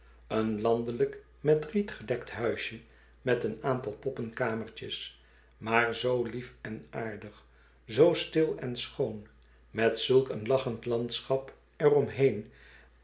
een landelijk met riet gedekt huisje met een aantal poppenkamertjes maar zoo lief en aardig zoo stil en schoon met zulk een lachend landschap